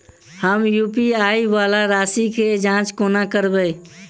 हम यु.पी.आई वला राशि केँ जाँच कोना करबै?